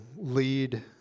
lead